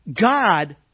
God